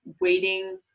waiting